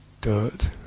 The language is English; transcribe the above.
dirt